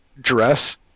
dress